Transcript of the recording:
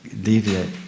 deviate